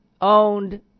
owned